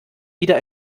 wieder